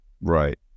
Right